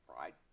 Right